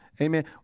Amen